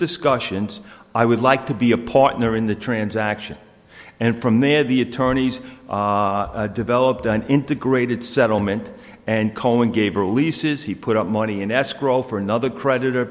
discussions i would like to be a partner in the transaction and from there the attorneys developed an integrated settlement and cohen gave releases he put money in escrow for another creditor